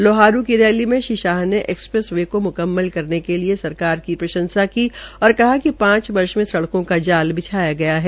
लौहारू की रैली में श्री शाह ने एक्सप्रेस वे को मुकम्मल करने के लिए सरकार की प्रंशसा की और कहा कि पांच वर्ष में सड़कों का जाल बिछाया गया है